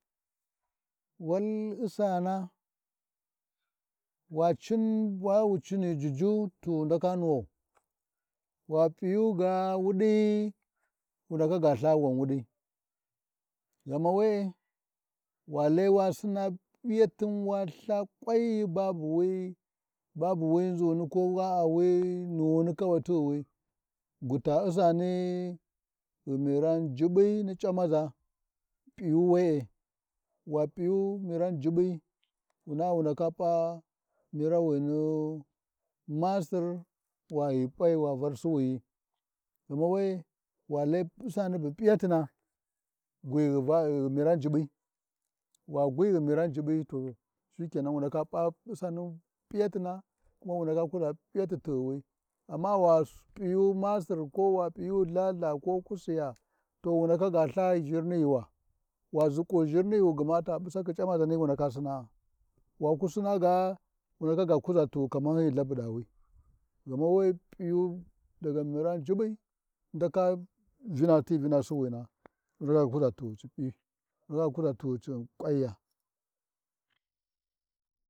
Wai ussana iwa cin bawucini juju, to tuwu ndaka nuwau, wa p’iyuga wusi, wundaka ga Lta ga wuri, ghama we-e, wa lai wa sina p’iyatin wa Ltha kwanyi babu wi nʒu babu wi nʒuni kawai tighiwi, gu ta ussani ghi miran jiɓɓi ni c’amazana, p’iyu we-e, wa p’iyu miran Jiɓɓi, wuna wu ndaka p’a mirawini masir wa ghi p’aya wa Var suwiyi, ghana we-e wa lai Ussani bu p’iyatina, gwi ghi miran jiɓɓi, wa gwi ghi miran jiɓɓi to, shikenan wu ndaka p’a Ussaini ɓu p’iyatina, wu ndaka kuʒa p’iyati tighiwi amma wa p’iyu masir, ko tLhathLa ko ko kusiya, to wundaka ga Ltha jimiyuwa, wa ziƙu gma jirniyuwa za busaldi c’amaʒani wu ndaka p’a Ussanu waku sina ga wu ndaka ga kuʒa tiwu kamar yi Lthabuɗani, gma wa P’iyu daga miran jiɓɓi ndaka ti vina siwina, wundaka ka ga kuʒa tiwu ci pi tuwuci van kwanya.